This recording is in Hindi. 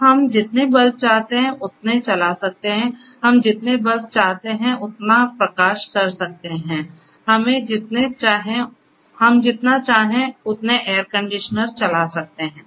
तो हम जितने बल्ब चाहते हैं उतने चला सकते हैं हम जितने बल्ब चाहते हैं उतने प्रकाश कर सकते हैं हम जितने चाहें उतने एयर कंडीशनर चला सकते हैं